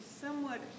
somewhat